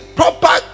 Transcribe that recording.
proper